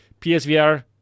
PSVR